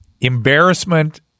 embarrassment